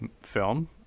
film